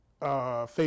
favorite